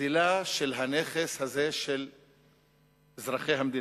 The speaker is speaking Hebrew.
הגזלה של הנכס הזה של אזרחי המדינה.